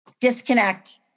Disconnect